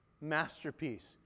masterpiece